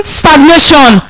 stagnation